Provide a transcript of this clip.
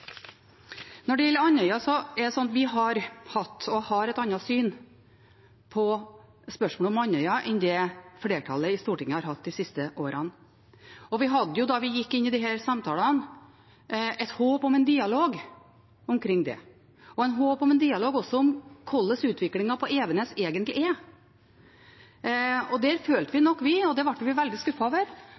Når det gjelder Andøya, er det slik at vi har hatt og har et annet syn på spørsmålet om Andøya enn det flertallet i Stortinget har hatt de siste årene. Vi hadde jo, da vi gikk inn i disse samtalene, et håp om en dialog omkring det og et håp om en dialog også om hvordan utviklingen på Evenes egentlig er. Der følte nok vi – og det ble vi veldig